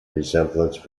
resemblance